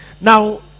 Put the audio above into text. Now